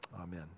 Amen